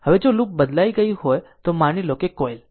હવે જો લૂપ બદલાઈ ગઈ હોય તો માની લો કોઇલ